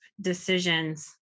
decisions